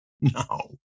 No